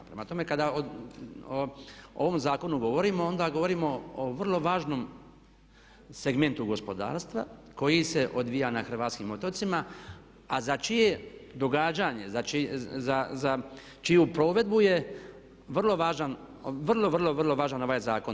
Prema tome kada o ovom zakonu govorimo onda govorimo o vrlo važnom segmentu gospodarstva koji se odvija na hrvatskim otocima a za čije događanje, za čiju provedbu je vrlo važan, vrlo, vrlo, vrlo važan ovaj zakon.